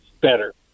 better